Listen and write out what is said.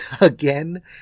again